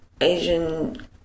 Asian